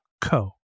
co